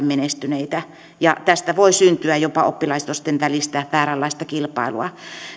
menestyneitä tästä voi syntyä jopa oppilaitosten välistä vääränlaista kilpailua